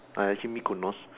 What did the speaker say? uh actually mikonos